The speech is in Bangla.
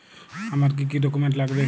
আমার কি কি ডকুমেন্ট লাগবে?